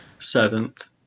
Seventh